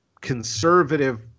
conservative